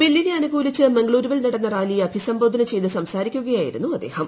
ബില്ലിനെ അനുകൂലിച്ച് മംഗളൂരുവിൽ നടന്ന റാലിയെ അഭിസംബോധന ചെയ്ത് സംസാരിക്കുകയായിരുന്നു അദ്ദേഹം